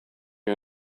you